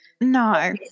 No